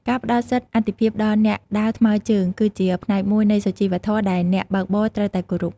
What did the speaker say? ការផ្តល់សិទ្ធិអាទិភាពដល់អ្នកដើរថ្មើរជើងគឺជាផ្នែកមួយនៃសុជីវធម៌ដែលអ្នកបើកបរត្រូវតែគោរព។